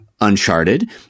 Uncharted